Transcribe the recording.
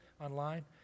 online